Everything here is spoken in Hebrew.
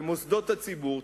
במוסדות הציבור,